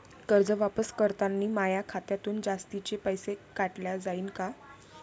कर्ज वापस करतांनी माया खात्यातून जास्तीचे पैसे काटल्या जाईन का?